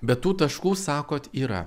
bet tų taškų sakot yra